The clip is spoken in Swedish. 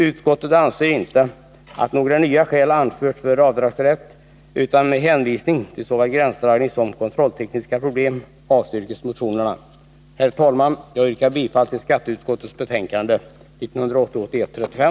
Utskottet anser inte att några nya skäl anförts för avdragsrätt. Med hänvisning till såväl gränsdragningssom kontrolltekniska problem avstyrkes motionerna. Herr talman, jag yrkar bifall till skatteutskottets betänkande 1980/ 81:35.